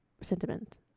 sentiment